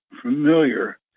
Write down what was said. familiar